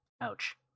Ouch